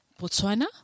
Botswana